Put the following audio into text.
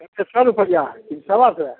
सत्तरि रुपैआ सवा सओ